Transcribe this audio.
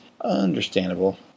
understandable